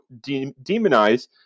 demonize